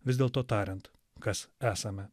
vis dėlto tariant kas esame